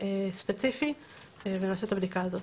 בדרך כלל,